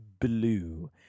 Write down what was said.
blue